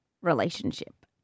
relationship